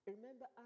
Remember